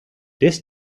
this